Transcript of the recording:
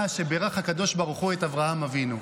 שבירך הקדוש ברוך הוא את אברהם אבינו.